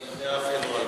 אני יודע אפילו על מה,